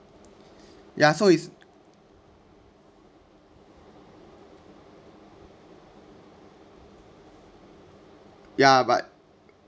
ya so it's ya but